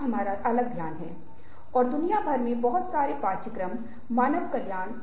हम मौनसाइलेंस Silence के बारे मे कुछ बात करेंगे